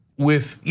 with, yeah